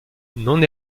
non